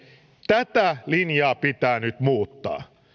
tätä linjaa pitää nyt muuttaa